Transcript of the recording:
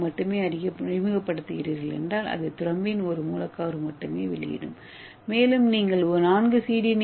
ஏவை மட்டுமே அறிமுகப்படுத்துகிறீர்கள் என்றால் அது த்ரோம்பின் ஒரு மூலக்கூறு மட்டுமே வெளியிடும் மேலும் நீங்கள் நான்கு சி